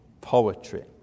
poetry